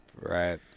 Right